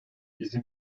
bizim